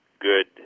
good